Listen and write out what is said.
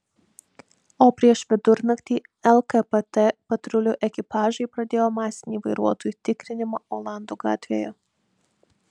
o prieš vidurnaktį lkpt patrulių ekipažai pradėjo masinį vairuotojų tikrinimą olandų gatvėje